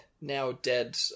now-dead